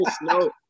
No